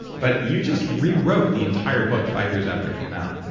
but you just rewrote the entire book five years after it came out,